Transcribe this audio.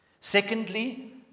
Secondly